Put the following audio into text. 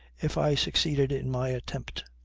if i succeeded in my attempt.